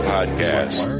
Podcast